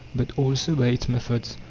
but also by its methods.